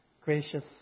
gracious